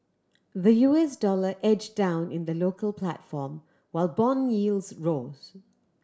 the U S dollar edged down in the local platform while bond yields rose